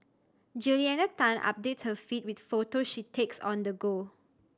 Juliana Tan updates her feed with photo she takes on the go